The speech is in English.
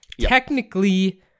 technically